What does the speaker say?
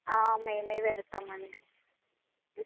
మేమే పెడతామండి